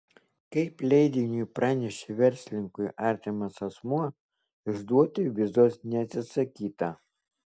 kaip leidiniui pranešė verslininkui artimas asmuo išduoti vizos neatsisakyta